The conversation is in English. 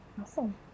Awesome